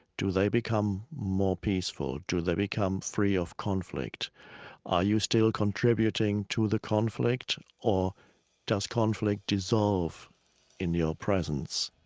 do they become more peaceful? do they become free of conflict are you still contributing to the conflict or does conflict dissolve in your presence?